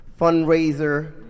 fundraiser